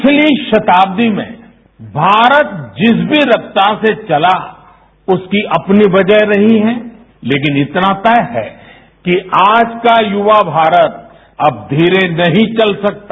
पिछली शताब्दी में भारत जिस भी रफ्तार से चला उसकी अपनी वजह रही है लेकिन इतना तय है कि आज का युवा भारत अब धीरे नहीं चल सकता